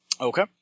Okay